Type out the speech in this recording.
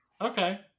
Okay